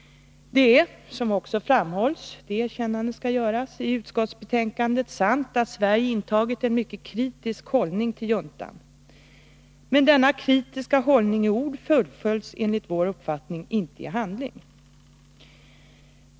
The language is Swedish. Det är, som också framhålls — det erkännandet skall ges — i utskottsbetänkandet, sant att Sverige intagit en mycket kritisk hållning till juntan. Men denna kritiska hållning i ord fullföljs enligt vår uppfattning inte i handling.